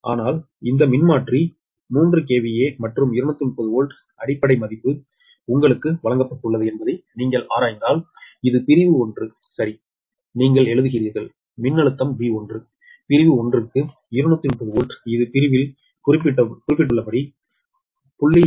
ஆனால் இந்த மின்மாற்றி 3 KVA மற்றும் 230 வோல்ட் அடிப்படை மதிப்பு உங்களுக்கு வழங்கப்பட்டுள்ளது என்பதை நீங்கள் ஆராய்ந்தால் இது பிரிவு 1 சரி நீங்கள் எழுதுகிறீர்கள் மின்னழுத்தம்B1 பிரிவு 1 க்கு 230 வோல்ட் இது பிரிவில் குறிப்பிடப்பட்டுள்ளபடி 0